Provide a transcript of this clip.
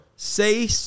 Say